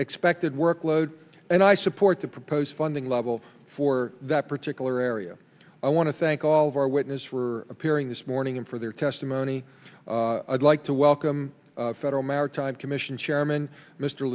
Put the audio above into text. expected workload and i support the proposed funding level for that particular area i want to thank all of our witness for appearing this morning and for their testimony i'd like to welcome the federal maritime commission chairman mr